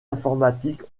informatiques